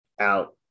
out